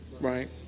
right